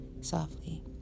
softly